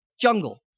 Jungle